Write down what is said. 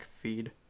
feed